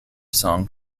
song